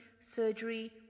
surgery